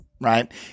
right